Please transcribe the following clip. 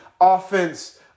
offense